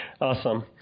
Awesome